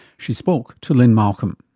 she spoke to lynne malcolm.